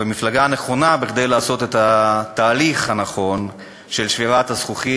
במפלגה הנכונה כדי לעשות את התהליך הנכון של שבירת הזכוכית,